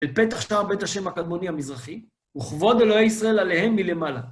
אל פתח שער בית השם הקדמוני המזרחי וכבוד אלוהי ישראל עליהם מלמעלה.